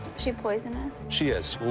she poisonous? she is.